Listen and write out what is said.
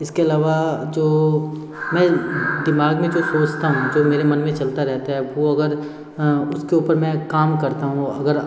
इसके अलावा जो मैं दिमाग़ में जो सोचता हूँ जो मेरे मन में चलता रहता है वो अगर उसके ऊपर मैं काम करता हूँ अगर